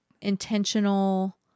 intentional